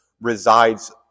resides